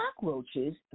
cockroaches